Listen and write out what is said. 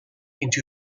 into